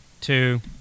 two